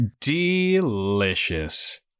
Delicious